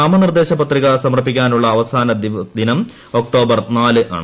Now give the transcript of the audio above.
നാമനിർദ്ദേശ പത്രിക സമർപ്പിക്കാനുള്ള അവസാന ദിനം ഒക്ടോബർ നാല് ആണ്